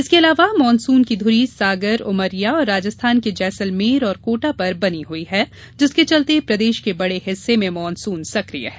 इसके अलावा मानसून की ध्री सागर उमरिया और राजस्थान के जैसलमेर और कोटा पर बनी हई है जिसके चलते प्रदेश के बडे हिस्से में मानसून सक्रिय है